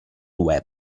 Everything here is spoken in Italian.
web